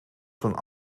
zijn